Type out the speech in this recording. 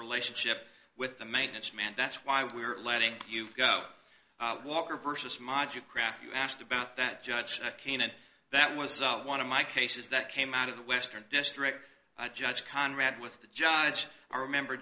relationship with the maintenance man that's why we're letting you go walker versus module craft you asked about that judge kane and that was one of my cases that came out of the western district judge conrad with the judge i remember